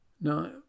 Now